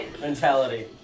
Mentality